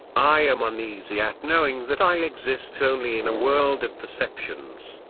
i am uneasy at knowing that i exist only in a world of perceptions.